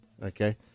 Okay